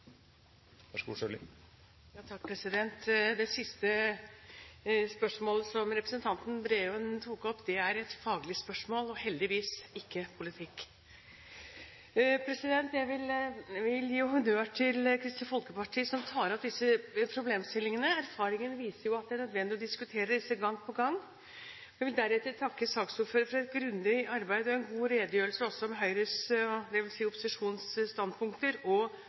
et faglig spørsmål og heldigvis ikke politikk. Jeg vil gi honnør til Kristelig Folkeparti som tar opp disse problemstillingene. Erfaringen viser at det er nødvendig å diskutere dem gang på gang. Jeg vil deretter takke saksordføreren for et grundig arbeid og en god redegjørelse også om Høyres, dvs. opposisjonens, standpunkter og